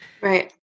Right